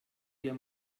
dir